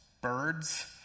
birds